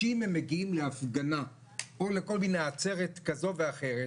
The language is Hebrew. שאם הם מגיעים להפגנה או לעצרת כזו ואחרת,